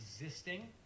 existing